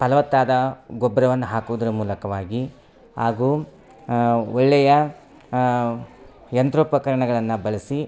ಫಲವತ್ತಾದ ಗೊಬ್ಬರವನ್ನು ಹಾಕೋದರ ಮೂಲಕವಾಗಿ ಹಾಗು ಒಳ್ಳೇಯ ಯಂತ್ರೋಪಕರಣಗಳನ್ನು ಬಳಸಿ